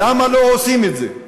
למה לא עושים את זה?